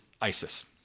ISIS